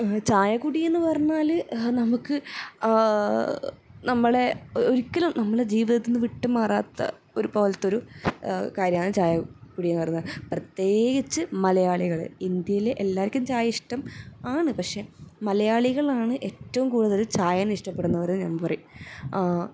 ചായ കുടിയെന്ന് പറഞ്ഞാൽ അത് നമുക്ക് നമ്മളെ ഒരിക്കലും നമ്മുടെ ജീവിതത്തിൽനിന്ന് വിട്ട് മാറാത്ത ഒരു പോലത്തെയൊരു കാര്യാമാണ് ചായ കൂടിയെന്ന് പറയുന്നത് പ്രത്യേകിച്ച് മലയാളികൾ ഇന്ത്യയിൽ എല്ലാവർക്കും ചായ ഇഷ്ടം ആണ് പക്ഷേ മലയാളികളാണ് ഏറ്റവും കൂടുതൽ ചായേനെ ഇഷ്ടപ്പെടുന്നവർ എന്ന് പറയും ആ